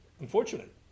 unfortunate